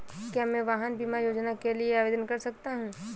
क्या मैं वाहन बीमा योजना के लिए आवेदन कर सकता हूँ?